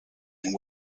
and